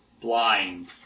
blind